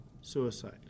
suicide